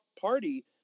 Party